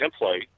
template